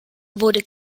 wurde